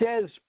says